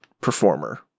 performer